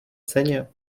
ceně